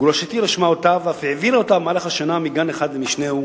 גרושתי רשמה אותה ואף העבירה אותה במהלך השנה מגן אחד למשנהו,